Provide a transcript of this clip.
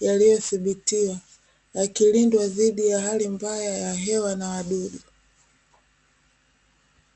yaliyodhibitiwa yakilindwa dhidi ya hali mbaya ya hewa na wadudu.